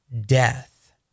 death